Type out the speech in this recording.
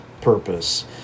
purpose